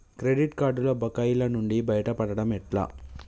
Credit కార్డుల బకాయిల నుండి బయటపడటం ఎట్లా?